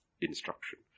instruction